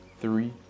three